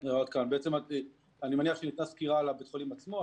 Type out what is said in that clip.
אני מניח שניתנה סקירה על בית החולים עצמו.